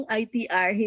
itr